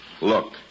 Look